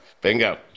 Bingo